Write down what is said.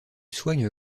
soigne